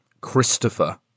christopher